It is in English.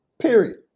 Period